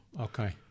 Okay